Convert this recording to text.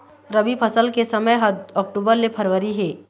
रबी फसल के समय ह अक्टूबर ले फरवरी हे